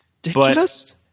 Ridiculous